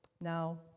Now